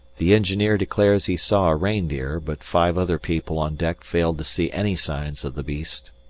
the engineer declares he saw a reindeer, but five other people on deck failed to see any signs of the beast.